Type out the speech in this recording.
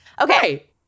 Okay